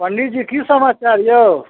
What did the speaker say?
पण्डित जी की समाचार यौ